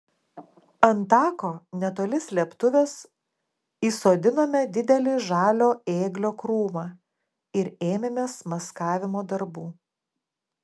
ant tako netoli slėptuvės įsodinome didelį žalio ėglio krūmą ir ėmėmės maskavimo darbų